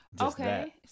Okay